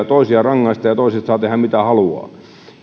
toisia rangaistaan ja toiset saavat tehdä mitä haluavat